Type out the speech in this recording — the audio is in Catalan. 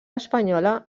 espanyola